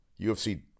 UFC